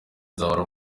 nzahora